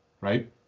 Right